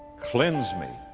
cleanse me.